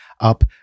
up